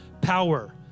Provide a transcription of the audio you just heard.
power